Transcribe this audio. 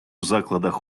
закладах